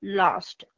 lost